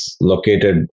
located